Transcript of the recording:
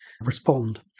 respond